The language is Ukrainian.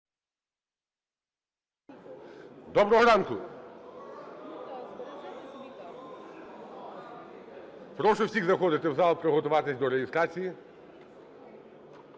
Доброго ранку! Прошу всіх заходити в зал, приготуватись до реєстрації.